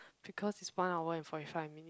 because it's one hour and forty five minute